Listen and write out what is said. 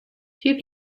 few